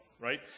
right